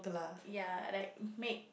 ya like make